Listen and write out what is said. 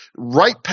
right